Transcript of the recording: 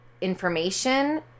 information